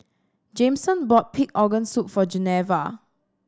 Jameson bought pig organ soup for Geneva